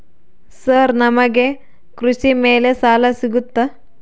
Sir ನಮಗೆ ಕೃಷಿ ಮೇಲೆ ಸಾಲ ಸಿಗುತ್ತಾ?